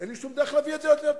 אין לי שום דרך להביא את זה לציבור.